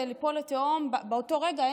זה ליפול לתהום באותו רגע.